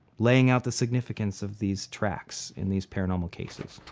laying out the significance of these tracks in these paranormal cases.